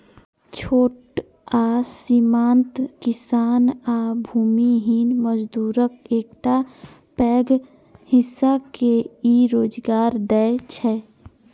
छोट आ सीमांत किसान आ भूमिहीन मजदूरक एकटा पैघ हिस्सा के ई रोजगार दै छै